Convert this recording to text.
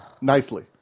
Nicely